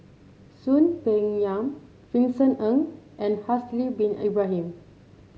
Soon Peng Yam Vincent Ng and Haslir Bin Ibrahim